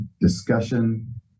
discussion